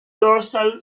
dorsal